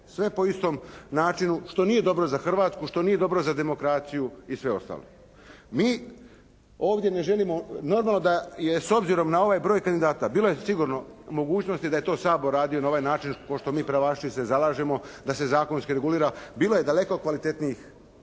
sve po istom načinu, što nije dobro za Hrvatsku, što nije dobro za demokraciju i sve ostalo. Mi ovdje ne želimo, normalno da je s obzirom na ovaj broj kandidata, bilo je sigurno mogućnosti da je to Sabor radio na ovaj način kao što mi pravaši se zalažemo da se zakonski regulira, bilo je daleko kvalitetnijih rješenja